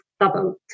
doubled